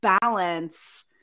balance